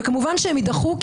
וכמובן שהן יידחו.